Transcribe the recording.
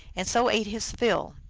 and so ate his fill.